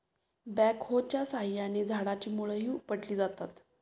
बॅकहोच्या साहाय्याने झाडाची मुळंही उपटली जातात